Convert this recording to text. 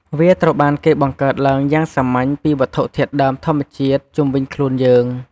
វាត្រូវបានគេបង្កើតឡើងយ៉ាងសាមញ្ញពីវត្ថុធាតុដើមធម្មជាតិជុំវិញខ្លួនយើង។